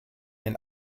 den